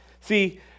See